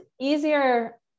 easier